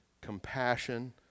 compassion